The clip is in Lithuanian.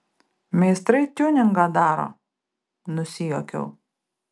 meistrai tiuningą daro nusijuokiau